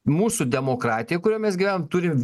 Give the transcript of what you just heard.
mūsų demokratija kurioj mes gyvenam turim